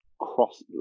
cross